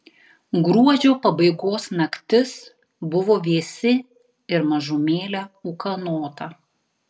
gruodžio pabaigos naktis buvo vėsi ir mažumėlę ūkanota